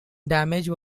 damage